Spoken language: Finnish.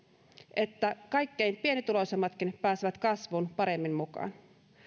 että kaikkein pienituloisimmatkin pääsevät kasvuun paremmin mukaan